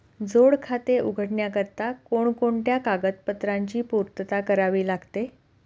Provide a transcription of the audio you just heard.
जोड खाते उघडण्याकरिता कोणकोणत्या कागदपत्रांची पूर्तता करावी लागते?